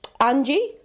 Angie